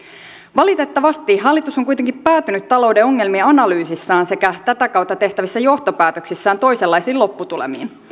valitettavasti hallitus on kuitenkin päätynyt talouden ongelmien analyysissään sekä tätä kautta tehtävissä johtopäätöksissään toisenlaisiin lopputulemiin